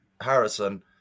Harrison